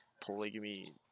polygamy